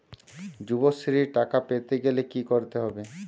যুবশ্রীর টাকা পেতে গেলে কি করতে হবে?